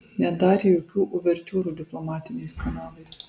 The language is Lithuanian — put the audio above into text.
nedarė jokių uvertiūrų diplomatiniais kanalais